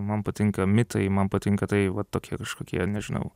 man patinka mitai man patinka tai vat tokie kažkokie nežinau